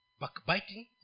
backbiting